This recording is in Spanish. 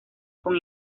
con